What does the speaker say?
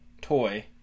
toy